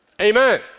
Amen